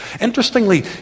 Interestingly